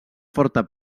forta